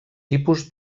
tipus